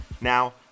Now